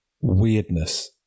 weirdness